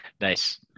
Nice